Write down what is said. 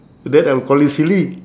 that I will call you silly